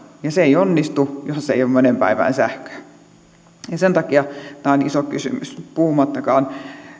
ja se ei onnistu jos ei ole moneen päivään sähköä ja sen takia tämä on iso kysymys puhumattakaan